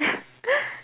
mm